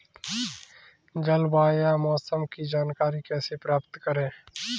जलवायु या मौसम की जानकारी कैसे प्राप्त करें?